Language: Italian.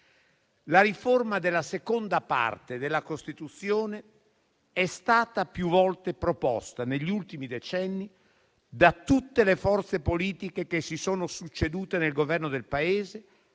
La riforma della seconda parte della Costituzione è stata più volte proposta, negli ultimi decenni, da tutte le forze politiche che si sono succedute nel Governo del Paese,